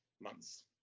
months